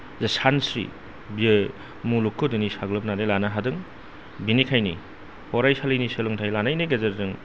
जे सानस्रि बियो मुलुगखौ दिनै साग्लोबनानै लानो हादों बेनिखायनो फरायसालिनि सोलोंथाय लानायनि गेजेरजों